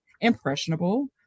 impressionable